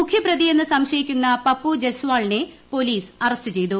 മുഖ്യപ്രതിയെന്ന് സംശയിക്കുന്ന പപ്പു ജയ്സ്ാളിനെ police arrest ചെയ്തു